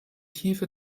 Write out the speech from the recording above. tiefe